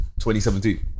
2017